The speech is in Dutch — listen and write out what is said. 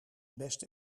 best